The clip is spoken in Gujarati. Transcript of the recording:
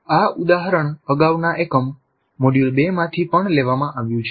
આ ઉદાહરણ અગાઉના એકમ મોડ્યુલ 2 માંથી પણ લેવામાં આવ્યું છે